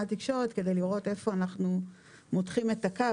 התקשורת כדי לראות איפה אנחנו מותחים את הקו,